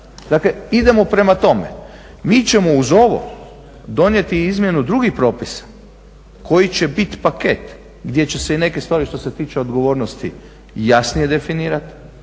dakle idemo prema tome. Mi ćemo uz ovo donijeti izmjenu drugih propisa koji će biti paket gdje će se i neke stvari što se tiče odgovornosti jasnije definirati.